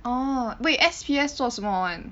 orh wait S_P_S 做什么 one